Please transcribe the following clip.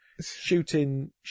shooting